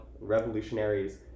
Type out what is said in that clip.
Revolutionaries